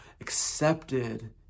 accepted